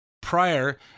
prior